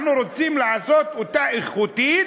אנחנו רוצים לעשות אותה איכותית,